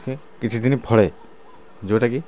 ସେ କିଛି ଦିନି ଫଳେ ଯେଉଁଟା କି